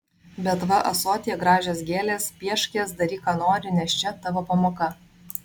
bet va ąsotyje gražios gėlės piešk jas daryk ką nori nes čia tavo pamoka